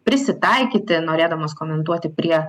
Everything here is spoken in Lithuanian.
prisitaikyti norėdamas komentuoti prie